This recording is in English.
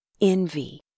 envy